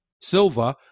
silver